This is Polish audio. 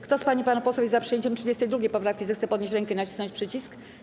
Kto z pań i panów posłów jest za przyjęciem 32. poprawki, zechce podnieść rękę i nacisnąć przycisk.